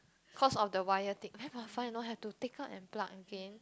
cause of the wire thing very mafan you know have to take out and plug again